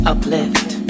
Uplift